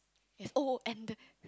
yes oh and the